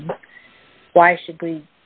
mean why should b